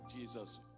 Jesus